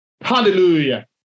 Hallelujah